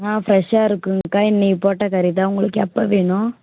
ஆ ஃப்ரெஷ்ஷாக இருக்குங்கக்கா இன்னக்கு போட்ட கறி தான் உங்களுக்கு எப்போ வேணும்